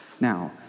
Now